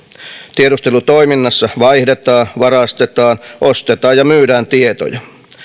tiedustelutoiminnassa vaihdetaan varastetaan ostetaan ja myydään tietoja